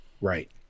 Right